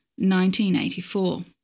1984